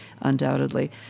undoubtedly